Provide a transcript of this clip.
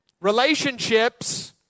relationships